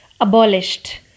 abolished